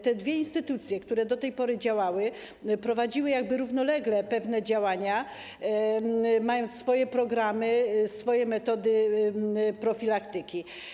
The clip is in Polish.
Te dwie instytucje, które do tej pory działały, prowadziły równolegle pewne działania, mając swoje programy, swoje metody profilaktyki.